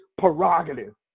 prerogative